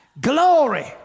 Glory